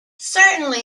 certainly